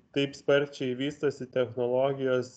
taip sparčiai vystosi technologijos